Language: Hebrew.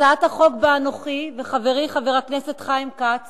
הצעת החוק שבה אנוכי וחברי חבר הכנסת חיים כץ